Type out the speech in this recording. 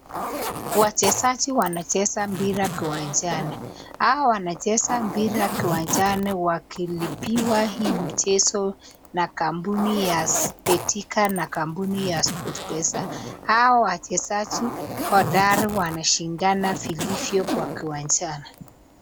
Wachezaji wanacheza mpira kiwanjani. Hawa wanacheza mpira kiwanjani wakilipiwa hii mchezo na kampuni ya Betika na kampuni ya Sport Pesa. Hawa wachezaji hodari wanashinda vilivyo kwa kiwanjani.